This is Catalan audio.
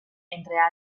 entre